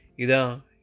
Ida